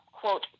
quote